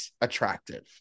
attractive